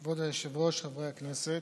כבוד היושב-ראש, חברי הכנסת,